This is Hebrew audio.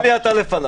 לפני